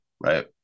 right